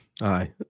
Aye